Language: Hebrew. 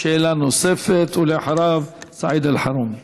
שאלה נוספת, ואחריו, סעיד אלחרומי.